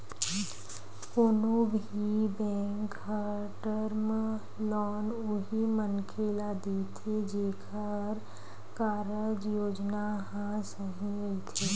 कोनो भी बेंक ह टर्म लोन उही मनखे ल देथे जेखर कारज योजना ह सही रहिथे